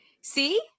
See